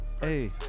Hey